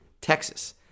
Texas